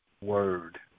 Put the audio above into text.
word